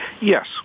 yes